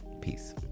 Peace